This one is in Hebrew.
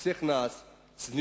להלן תרגומם לעברית: